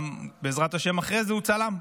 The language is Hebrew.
גם בעזרת השם אחרי זה, הוא צלם.